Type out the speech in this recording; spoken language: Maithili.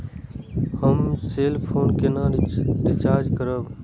हम सेल फोन केना रिचार्ज करब?